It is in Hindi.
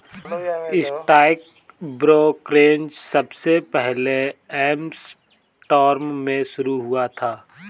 स्टॉक ब्रोकरेज सबसे पहले एम्स्टर्डम में शुरू हुआ था